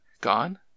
Gone